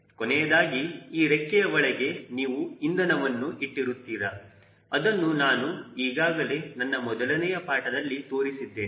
ಕೊನೆಯದಾಗಿ ಈ ರೆಕ್ಕೆಯ ಒಳಗೆ ನೀವು ಇಂಧನವನ್ನು ಇಟ್ಟಿರುತ್ತೀರಾ ಅದನ್ನು ನಾನು ಈಗಾಗಲೇ ನನ್ನ ಮೊದಲನೆಯ ಪಾಠದಲ್ಲಿ ತೋರಿಸಿದ್ದೇನೆ